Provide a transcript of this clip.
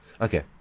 Okay